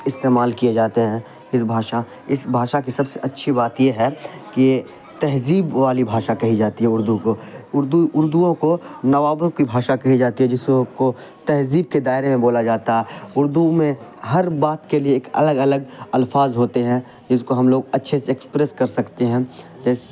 استعمال کیے جاتے ہیں اس بھاشا اس بھاشا کی سب سے اچھی بات یہ ہے کہ تہذیب والی بھاشا کہی جاتی ہے اردو کو اردو اردوؤں کو نوابوں کی بھاشا کہی جاتی ہے جسو کو تہذیب کے دائرے میں بولا جاتا ہے اردو میں ہر بات کے لیے ایک الگ الگ الفاظ ہوتے ہیں جس کو ہم لوگ اچھے سے ایکسپریس کر سکتے ہیں جیسے